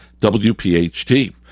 WPHT